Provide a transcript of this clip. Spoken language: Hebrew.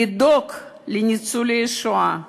לדאוג לניצולי שואה,